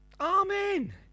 Amen